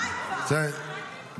טלי, זה לא